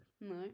No